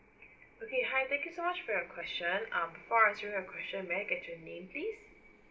okay hi thank you so much for your question um before answering your question may I get your name please